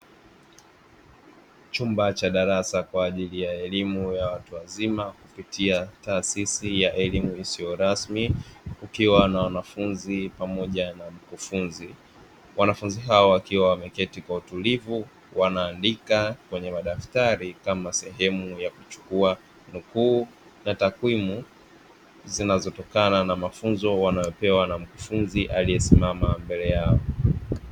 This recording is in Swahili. Chumba cha darasa kwa ajili ya elimu ya watu wazima kupitia taasisi ya elimu isiyo rasmi, ikiwa na wanafunzi pamoja na mkufunzi, wanafunzi hao wakiwa wameketi kwa utulivu wanaandika kwenye madaftari kama sehemu ya kuchukua nukuu na takwimu zinazotokana na mafunzo wanayopewa na mkufunzi aliyesimama mbele yao.